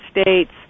states